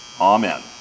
Amen